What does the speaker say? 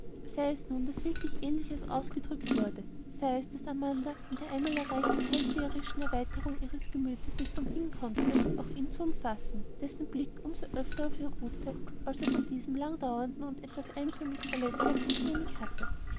es nun daß wirklich ähnliches ausgedrückt wurde sei es daß amanda in der einmal erreichten hellseherischen erweiterung ihres gemütes nicht umhin konnte auch ihn zu umfassen dessen blick um so öfter auf ihr ruhte als er von diesem langdauernden und etwas einförmigen ballett herzlich wenig hatte